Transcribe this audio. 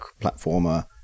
platformer